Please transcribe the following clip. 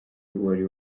wari